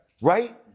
right